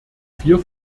vier